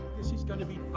this is gonna be